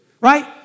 Right